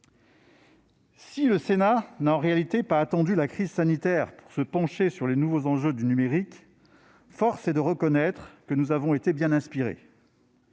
Le Sénat n'a pas attendu la crise sanitaire pour se pencher sur les nouveaux enjeux du numérique. Force est de reconnaître que nous avons été bien inspirés.